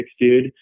dude